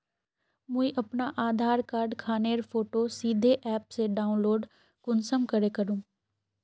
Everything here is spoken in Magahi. मुई अपना आधार कार्ड खानेर फोटो सीधे ऐप से डाउनलोड कुंसम करे करूम?